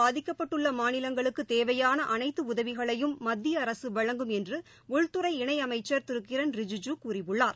பாதிக்கப்பட்டுள்ளமாநிலங்களுக்குதேவையானஅனைத்துஉதவிகளையும் மழைவெள்ளத்தால் மத்திய அரசுவழங்கும் என்றுஉள்துறை இணையமைச்சர் திருகிரண் ரிஜிஜு கூறியுள்ளார்